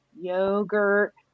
yogurt